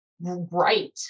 right